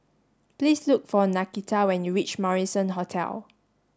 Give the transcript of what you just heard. please look for Nakita when you reach Marrison Hotel